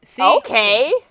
Okay